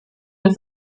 den